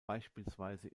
beispielsweise